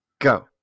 go